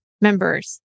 members